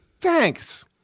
Thanks